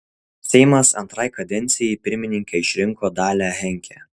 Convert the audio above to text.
seimas antrai kadencijai pirmininke išrinko dalią henke